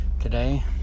today